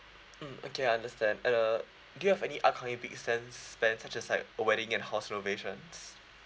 mm okay I understand uh do you have any upcoming big spends spend such as like a wedding and house renovations